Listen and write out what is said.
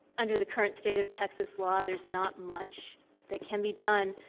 under the current state of texas law, there's not much that can be done,